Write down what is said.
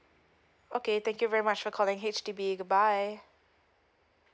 okay thank you very much for calling H_D_B goodbye